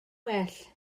well